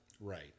Right